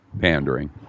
pandering